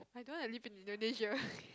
don't I live in Indonesia